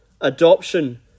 adoption